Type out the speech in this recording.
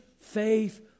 faith